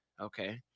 Okay